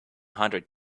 hundred